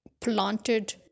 planted